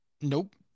Nope